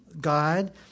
God